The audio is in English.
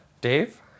Dave